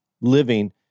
living